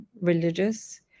religious